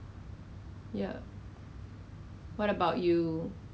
什么 oh dengue ah !walao! 讲到 dengue 我跟你讲